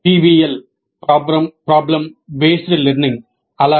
PBL problem based learning ఉంది